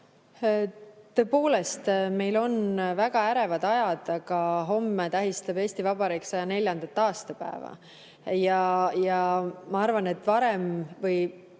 Tõepoolest, meil on väga ärevad ajad, aga homme tähistab Eesti Vabariik 104. aastapäeva. Ma arvan, et tõesti